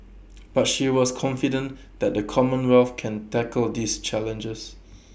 but she was confident that the commonwealth can tackle these challenges